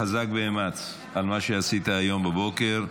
חזק ואמץ על מה שעשית היום בבוקר,